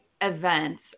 events